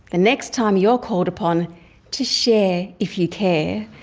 the next time you're called upon to share if you care,